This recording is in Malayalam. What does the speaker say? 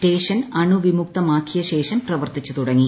സ്റ്റേഷൻ അണുവിമുക്തമാക്കിയശേഷം പ്രവർത്തിച്ചു തുടങ്ങി